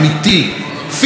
אפילו כזה שנכשל,